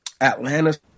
Atlanta